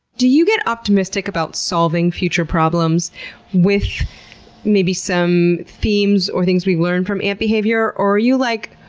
do you get optimistic about solving future problems with maybe some themes or things we've learned from ant behavior? or are you like,